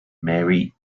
mary